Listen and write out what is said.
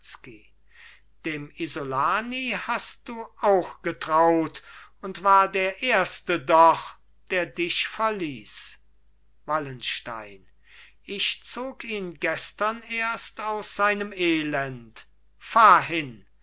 dem isolani hast du auch getraut und war der erste doch der dich verließ wallenstein ich zog ihn gestern erst aus seinem elend fahr hin